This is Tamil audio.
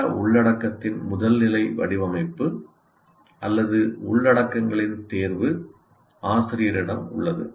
பாட உள்ளடக்கத்தின் முதல் நிலை வடிவமைப்பு அல்லது உள்ளடக்கங்களின் தேர்வு ஆசிரியரிடம் உள்ளது